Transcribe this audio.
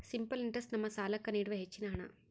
simple interest ನಮ್ಮ ಸಾಲ್ಲಾಕ್ಕ ನೀಡುವ ಹೆಚ್ಚಿನ ಹಣ್ಣ